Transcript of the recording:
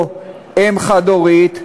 או אם חד-הורית,